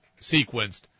sequenced